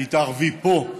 תתערבי פה,